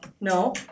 No